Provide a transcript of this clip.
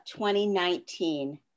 2019